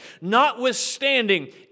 notwithstanding